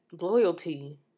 Loyalty